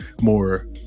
more